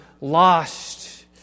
lost